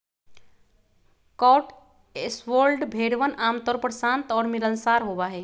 Cotswold भेड़वन आमतौर पर शांत और मिलनसार होबा हई